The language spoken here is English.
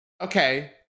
Okay